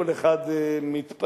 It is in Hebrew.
כל אחד מתפאר,